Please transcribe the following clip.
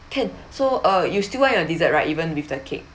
can so uh you still want your dessert right even with the cake